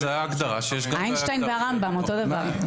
איינשטיין והרמב"ם אותו דבר.